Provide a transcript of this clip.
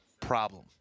problem